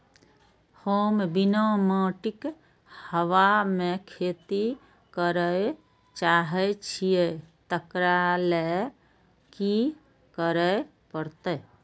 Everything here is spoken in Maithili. हम बिना माटिक हवा मे खेती करय चाहै छियै, तकरा लए की करय पड़तै?